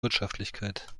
wirtschaftlichkeit